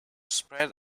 spread